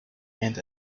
and